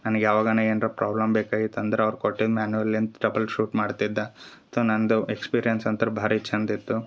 ನನಗೆ ಯಾವಾಗನ ಏನ್ರ ಪ್ರಾಬ್ಲಮ್ ಬೇಕಾಗಿತ್ತು ಅಂದ್ರ ಅವ್ರು ಕೊಟ್ಟಿದ್ದ ಮಾನ್ಯುವಲ್ ನಿಂತು ಟ್ರಬಲ್ಶೂಟ್ ಮಾಡ್ತಿದ್ದ ಸೊ ನನ್ನದು ಎಕ್ಸ್ಪೀರಿಯನ್ಸ್ ಅಂತಾರೆ ಭಾರಿ ಚಂದ ಇತ್ತು